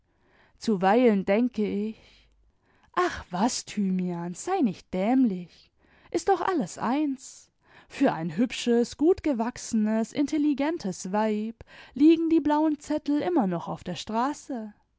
zuweilen denke ich ach was thymian sei nicht dämlich ist doch alles eins für ein hübsches gut gewachsenes intelligentes weib liegen die blauen zettel immer noch auf der straße